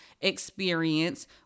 experience